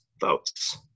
votes